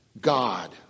God